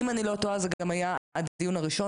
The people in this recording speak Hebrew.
אם אני לא טועה זה גם היה הדיון הראשון